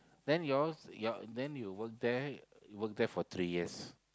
then you all your then you work there you work there for three years